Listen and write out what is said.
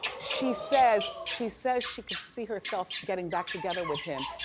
she says she says she could see herself getting back together with him.